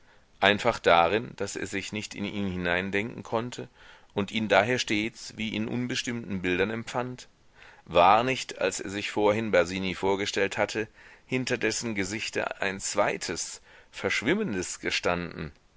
einfach darin daß er sich nicht in ihn hineindenken konnte und ihn daher stets wie in unbestimmten bildern empfand war nicht als er sich vorhin basini vorgestellt hatte hinter dessen gesichte ein zweites verschwimmendes gestanden